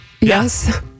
yes